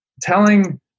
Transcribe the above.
telling